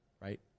right